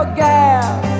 gas